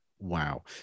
wow